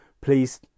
please